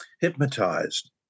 hypnotized